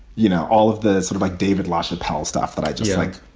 you know, all of the sort of like david lachapelle stuff that i just, like,